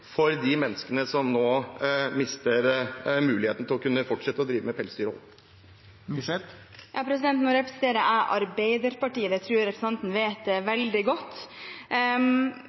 for de menneskene som nå mister muligheten til å kunne fortsette å drive med pelsdyrhold. Jeg representerer Arbeiderpartiet. Jeg tror representanten vet det veldig godt.